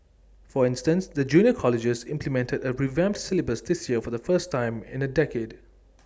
for instance the junior colleges implemented A revamped syllabus this year for the first time in A decade